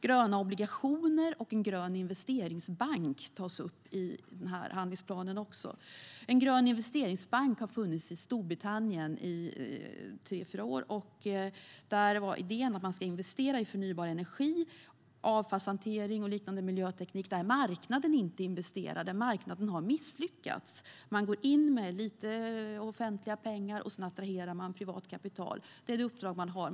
Gröna obligationer och en grön investeringsbank tas också upp i handlingsplanen. En grön investeringsbank har funnits i Storbritannien i tre fyra år. Där var idén att man skulle investera i förnybar energi, avfallshantering och liknande miljöteknik, där marknaden inte investerar och där marknaden har misslyckats. Man går in med lite offentliga pengar, och sedan attraherar man privat kapital. Det är det uppdrag man har.